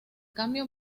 cambio